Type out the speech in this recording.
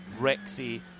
Rexy